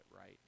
right